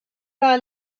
par